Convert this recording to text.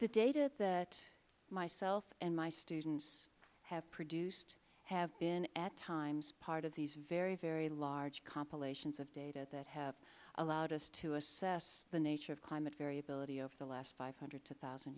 the data that myself and my students have produced have been at times part of these very very large compilations of data that have allowed us to assess the nature of climate variability over the last five hundred t